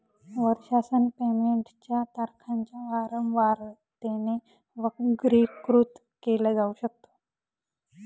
वर्षासन पेमेंट च्या तारखांच्या वारंवारतेने वर्गीकृत केल जाऊ शकत